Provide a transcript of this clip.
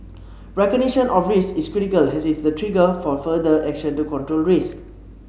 recognition of risks is critical as it is the trigger for further action to control risks